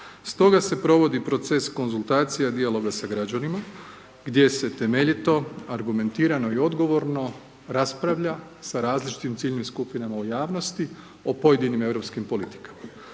Stoga se provodi proces konzultacija dijaloga sa građanima gdje se temeljito, argumentirano i odgovorno raspravlja sa različitim ciljnim skupinama u javnosti o pojedinim europskim politikama.